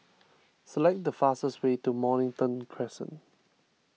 select the fastest way to Mornington Crescent